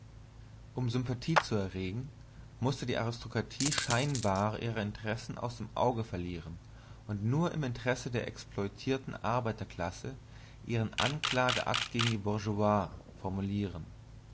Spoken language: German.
um sympathie zu erregen mußte die aristokratie scheinbar ihre interessen aus dem auge verlieren und nur im interesse der exploitierten arbeiterklasse ihren anklageakt gegen die bourgeoisie formulieren